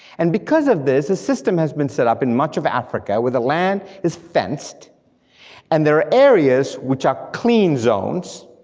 and because of this, a system has been set up in much of africa where the land is fenced and there are areas which are clean zones,